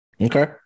okay